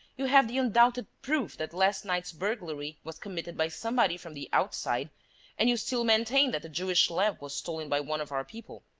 you have the undoubted proof that last night's burglary was committed by somebody from the outside and you still maintain that the jewish lamp was stolen by one of our people?